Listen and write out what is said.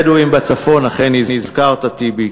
בדואים בצפון, אכן הזכרת, טיבי,